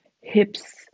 hips